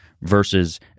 versus